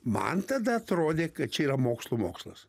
man tada atrodė kad čia yra mokslų mokslas